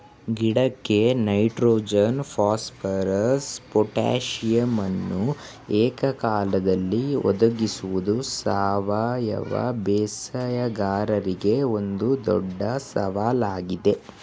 ಗಿಡಕ್ಕೆ nitrogen phosphorus ಪೊಟಾಸಿಯಮನ್ನು ಏಕಕಾಲದಲ್ಲಿ ಒದಗಿಸುವುದು ಸಾವಯವ ಬೇಸಾಯಗಾರರಿಗೆ ಒಂದು ದೊಡ್ಡ ಸವಾಲಾಗಿದೆ